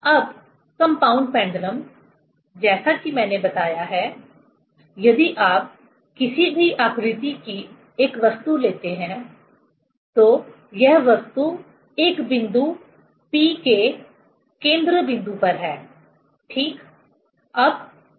अब compound pendulum जैसा कि मैंने बताया है यदि आप किसी भी आकृति की एक वस्तु लेते हैं तो यह वस्तु एक बिंदु P के केन्द्रबिन्दु पर है ठीक